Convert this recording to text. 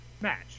match